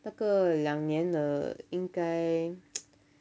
那个两年了应该